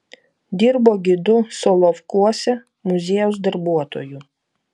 dirbo gidu solovkuose muziejaus darbuotoju